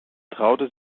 traute